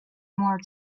more